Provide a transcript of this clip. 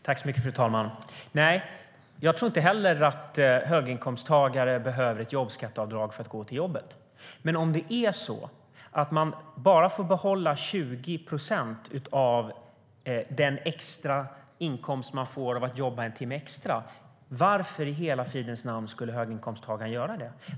Fru talman! Nej, jag tror inte heller att höginkomsttagare behöver ett jobbskatteavdrag för att gå till jobbet. Men om det är så att man bara får behålla 20 procent av den extra inkomst man får av att jobba en timme extra, varför i hela fridens namn skulle höginkomsttagaren göra det?